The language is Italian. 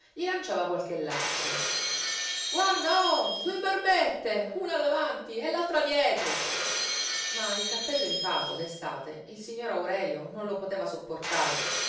gli lanciava qualche lazzo guarda oh due barbette una davanti e l'altra dietro ma il cappello in capo d'estate il signor aurelio non lo poteva sopportare